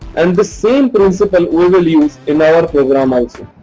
and this same principle we will use in our program also.